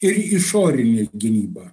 ir išorinė gynyba